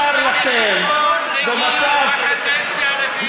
שחיתות בביטחון, בקדנציה הרביעית.